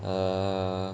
err